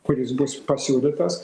kuris bus pasiūlytas